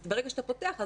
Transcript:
ברגע שאתה פותח,